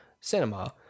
cinema